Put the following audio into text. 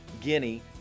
Guinea